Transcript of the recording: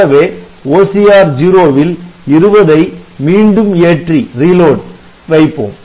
கூடவே OCR0 வில் 20 ஐ மீண்டும் ஏற்றி வைப்போம்